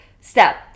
step